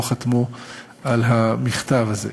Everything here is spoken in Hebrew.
הם לא חתמו על המכתב הזה.